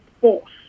force